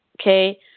Okay